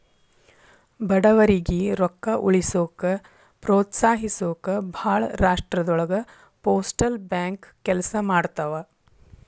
ಬಡವರಿಗಿ ರೊಕ್ಕ ಉಳಿಸೋಕ ಪ್ರೋತ್ಸಹಿಸೊಕ ಭಾಳ್ ರಾಷ್ಟ್ರದೊಳಗ ಪೋಸ್ಟಲ್ ಬ್ಯಾಂಕ್ ಕೆಲ್ಸ ಮಾಡ್ತವಾ